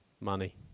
money